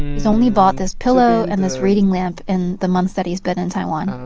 he's only bought this pillow and this reading lamp in the months that he's been in taiwan.